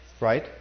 Right